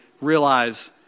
realize